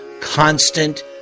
constant